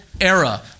era